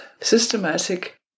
systematic